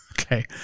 Okay